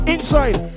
Inside